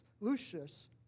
Lucius